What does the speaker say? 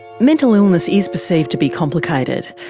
mental illness is perceived to be complicated,